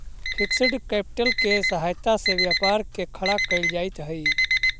fixed capital के सहायता से व्यापार के खड़ा कईल जइत हई